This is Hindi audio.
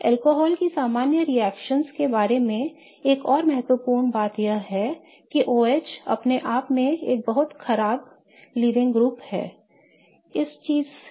अल्कोहल की सामान्य रिएक्शन के बारे में एक और महत्वपूर्ण बात यह है कि OH अपने आप में एक बहुत खराब लीविंग ग्रुप है